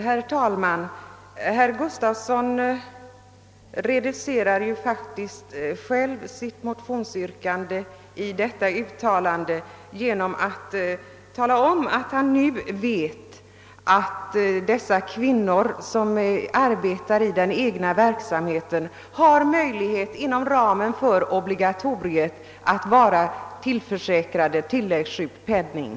Herr talman! Herr Gustavsson i Al vesta reducerar faktiskt själv i detta senaste utialande sitt motionsyrkande genom att tala om att han nu vet att de kvinnor som arbetar i makens verksamhet har möjlighet, inom ramen för obligatoriet, att vara tillförsäkrade tillläggssjukpenning.